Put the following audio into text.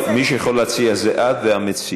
מי שיכול להציע זה את והמציעים.